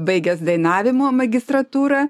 baigęs dainavimo magistratūrą